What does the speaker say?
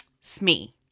Smee